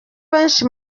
benshi